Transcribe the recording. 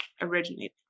originated